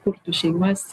kurtų šeimas